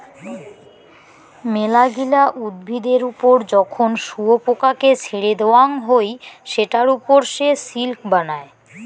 মেলাগিলা উদ্ভিদের ওপর যখন শুয়োপোকাকে ছেড়ে দেওয়াঙ হই সেটার ওপর সে সিল্ক বানায়